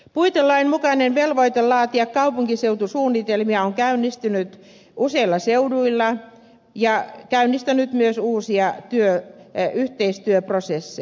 puitelain mukainen velvoite laatia kaupunkiseutusuunnitelmia on käynnistynyt useilla seuduilla ja käynnistänyt myös uusia yhteistyöprosesseja